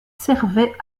servaient